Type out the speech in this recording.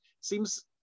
seems